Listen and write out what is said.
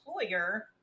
employer